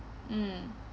mm